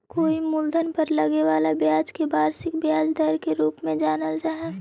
कोई मूलधन पर लगे वाला ब्याज के वार्षिक ब्याज दर के रूप में जानल जा हई